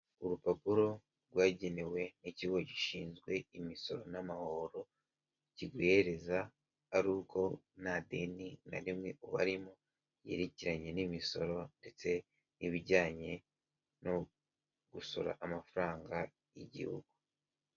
Urupapuro rwagenewe ikigo gishinzwe imisoro n'amahoro, kiguhereza ari uko ntadeni na rimwe barimo yerekeranye n'imisoro ndetse n'ibijyanye no gusora amafaranga y'igihugu.